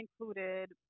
included